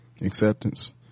acceptance